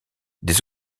des